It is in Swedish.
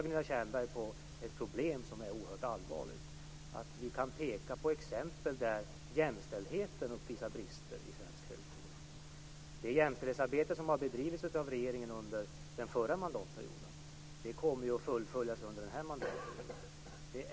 Gunilla Tjernberg pekar också på ett problem som är oerhört allvarligt, dvs. att det finns exempel på att jämställdheten uppvisar brister i svensk högskola. Det jämställdhetsarbete som har bedrivits av regeringen under den förra mandatperioden kommer att fullföljas under den här mandatperioden.